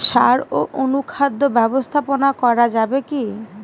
সাড় ও অনুখাদ্য ব্যবস্থাপনা করা যাবে কি?